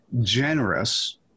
generous